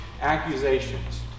accusations